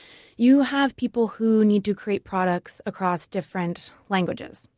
you have people who need to create products across different languages.